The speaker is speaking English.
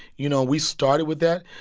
you know, we started with that.